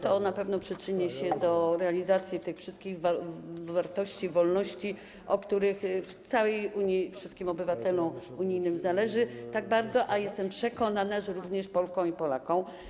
To na pewno przyczyni się do realizacji tych wszystkich wartości, wolności, na których w całej Unii wszystkim obywatelom unijnym zależy tak bardzo, a jestem przekonana, że również Polkom i Polakom.